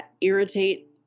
irritate